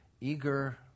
eager